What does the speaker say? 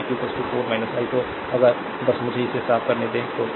तो i2 4 1 तो अगर बस मुझे इसे साफ करने दें तो